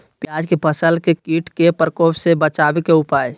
प्याज के फसल के कीट के प्रकोप से बचावे के उपाय?